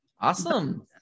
Awesome